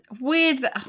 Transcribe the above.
Weird